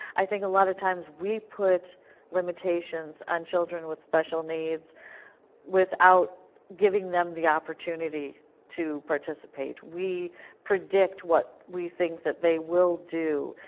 i think a lot of times we put limitations on children with special needs without giving them the opportunity to participate. we predict what we think that they will do,